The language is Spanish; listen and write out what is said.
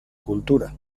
cultura